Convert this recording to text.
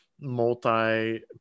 multi